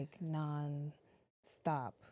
non-stop